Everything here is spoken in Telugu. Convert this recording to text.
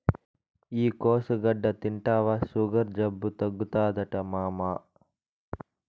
ఈ కోసుగడ్డ తింటివా సుగర్ జబ్బు తగ్గుతాదట మామా